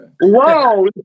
Whoa